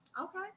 Okay